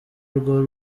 rwo